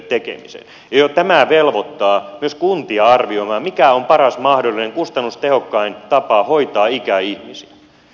jo tämä velvoittaa myös kuntia arvioimaan mikä on paras mahdollinen kustannustehokkain tapa hoitaa ikäihmisiä